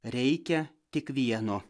reikia tik vieno